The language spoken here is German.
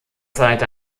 zeit